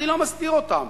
אני לא מסתיר אותם.